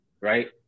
right